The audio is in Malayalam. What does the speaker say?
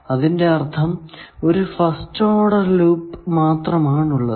അതിന്റെ അർഥം ഒരു ഫസ്റ്റ് ഓഡർ ലൂപ്പ് മാത്രമാണ് ഉള്ളത്